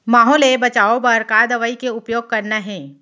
माहो ले बचाओ बर का दवई के उपयोग करना हे?